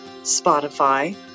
spotify